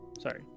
Sorry